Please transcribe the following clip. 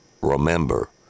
remember